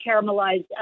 caramelized